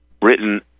Britain